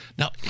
Now